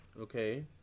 Okay